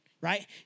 right